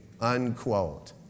Unquote